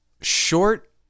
Short